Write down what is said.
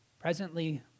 presently